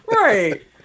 Right